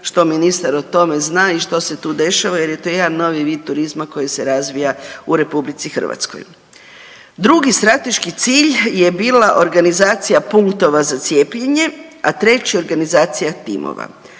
što ministar o tome zna i što se tu dešava jer je to jedan novi vid turizma koji se razvija u RH. Drugi strateški cilj je bila organizacija punktova za cijepljenje, a treći organizacija timova.